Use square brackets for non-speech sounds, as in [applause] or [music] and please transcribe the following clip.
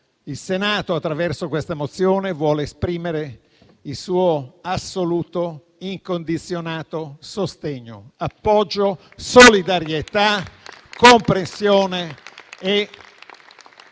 il Senato attraverso questa mozione vuole esprimere il suo assoluto e incondizionato sostegno, nonché appoggio, [applause] solidarietà, comprensione e